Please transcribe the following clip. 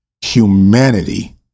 humanity